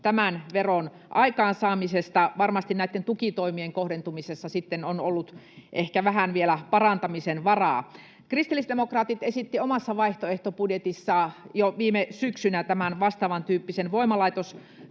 tämän veron aikaansaamisesta, vaikka varmasti näitten tukitoimien kohdentumisessa on sitten ollut ehkä vähän vielä parantamisen varaa. Kristillisdemokraatit esittivät omassa vaihtoehtobudjetissaan jo viime syksynä tämän vastaavantyyppisen voimalaitosveron,